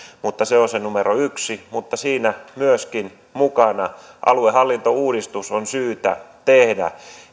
se on se numero yksi mutta siinä myöskin mukana aluehallintouudistus on syytä tehdä